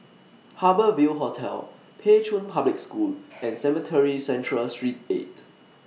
Harbour Ville Hotel Pei Chun Public School and Cemetry Central Street eight